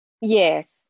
Yes